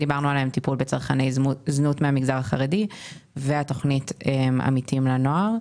טיפול בצרכני זנות מהמגזר החרדי ו"עמיתים לנוער".